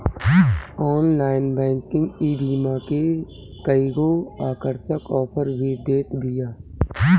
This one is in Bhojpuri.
ऑनलाइन बैंकिंग ईबीमा के कईगो आकर्षक आफर भी देत बिया